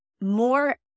more